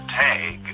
tag